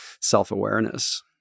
self-awareness